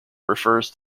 refers